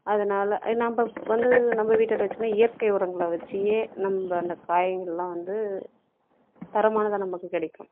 அதனாலே நம்ப வந்து நம்ம வீட்டாண்ட வச்சுக்குனால் இயற்கை உரங்களை வச்சுயே நம்ப அந்த காய்ங்களெலாம் வந்து தரமானதாக நமக்கு கிடைக்கும்